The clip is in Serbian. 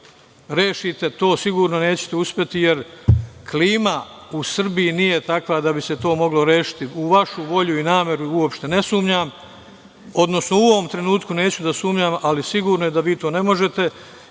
rešite. To sigurno nećete uspeti, jer klima u Srbiji nije takva da bi se to moglo rešiti.U vašu volju i nameru uopšte ne sumnjam, odnosno u ovom trenutku neću da sumnjam, ali sigurno je da vi to ne možete.